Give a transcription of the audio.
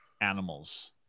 animals